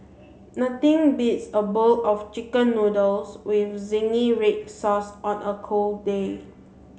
nothing beats a bowl of chicken noodles with zingy red sauce on a cold day